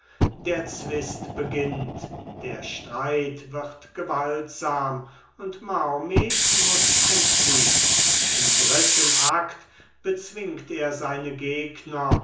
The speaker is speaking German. der zwist beginnt der streit wird gewaltsam und mahomet muß entfliehn im dritten akt bezwingt er seine gegner